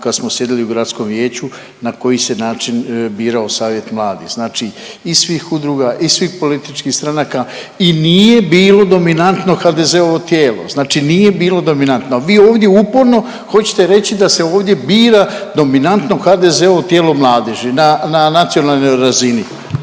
kad smo sjedili u gradskom vijeću na koji se način birao savjet mladih. Znači iz svih udruga, iz svih političkih stranaka i nije bilo dominantno HDZ-ovo tijelo, znači nije bilo dominantno, a vi ovdje uporno hoćete reći da se ovdje bira dominantno HDZ-ovo tijelo mladeži na nacionalnoj razini.